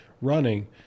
running